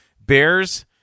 bears